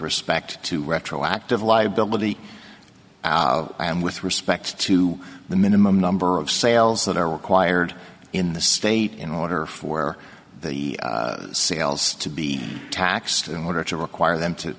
respect to retroactive liability and with respect to the minimum number of sales that are required in the state in order for the sales to be taxed in order to require them to